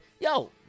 yo